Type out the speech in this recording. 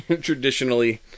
traditionally